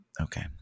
Okay